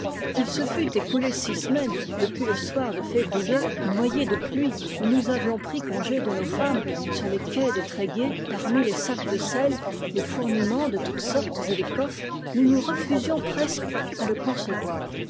qu'il se fût écoulé six semaines depuis le soir de février noyé de pluie où nous avions prib congé de nos femmes sur les quais de tréguier parmi les sacs de sel les fourniments de toutes sortes et les coffres nous nous refusions presque à le concevoir